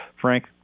Frank